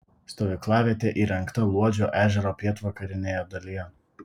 stovyklavietė įrengta luodžio ežero pietvakarinėje dalyje